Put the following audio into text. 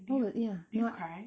no but ya but